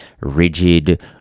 rigid